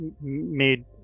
made